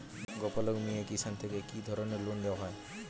গোপালক মিয়ে কিষান থেকে কি ধরনের লোন দেওয়া হয়?